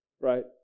Right